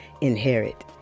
inherit